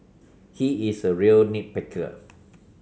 he is a real nit picker